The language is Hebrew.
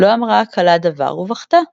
לא אמרה הכלה דבר ובכתה.